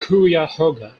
cuyahoga